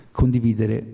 condividere